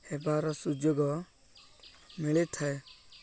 ହେବାର ସୁଯୋଗ ମିଳିଥାଏ